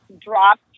dropped